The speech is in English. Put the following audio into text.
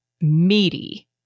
meaty